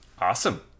Awesome